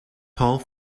paul